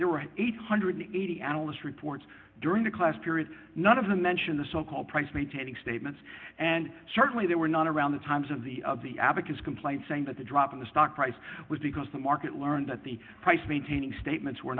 were eight hundred and eighty dollars analyst reports during the class period none of them mention the so called price maintaining statements and certainly there were none around the times of the of the abacus complaint saying that the drop in the stock price was because the market learned that the price maintaining statements were